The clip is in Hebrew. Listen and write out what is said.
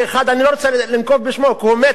אני לא רוצה לנקוב בשמו כי הוא מת כבר,